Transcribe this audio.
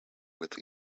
with